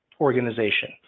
organization